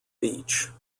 beach